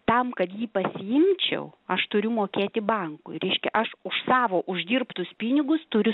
tam kad jį pasiimčiau aš turiu mokėti bankui reiškia aš už savo uždirbtus pinigus turiu